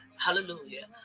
hallelujah